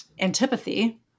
antipathy